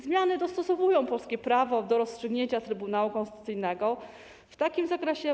Zmiany dostosowują polskie prawo do rozstrzygnięcia Trybunału Konstytucyjnego w następującym zakresie.